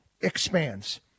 expands